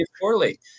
poorly